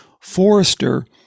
Forrester